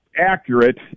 accurate